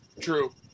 True